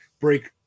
break